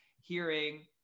hearing